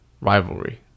rivalry